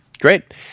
Great